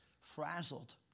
frazzled